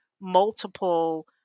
multiple